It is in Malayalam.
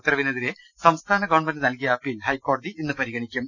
ഉത്തരവിനെതിരെ സംസ്ഥാന ഗവൺമെന്റ് നൽകിയ അപ്പീൽ ഹൈക്കോടതി ഇന്ന് പരിഗണിക്കും